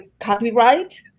copyright